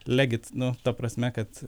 legit nu ta prasme kad